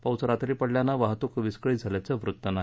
पाऊस रात्री पडल्यानं वाहतूक विस्कळित झाल्याचं वृत्त नाही